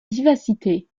vivacité